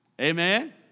Amen